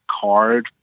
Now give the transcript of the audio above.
card